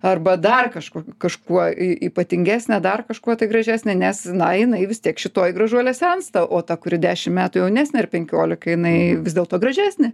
arba dar kažkuo kažkuo y ypatingesnė dar kažkuo tai gražesnė nes na jinai vis tiek šitoji gražuolė sensta o ta kuri dešim metų jaunesnė ar penkiolika jinai vis dėlto gražesnė